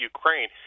Ukraine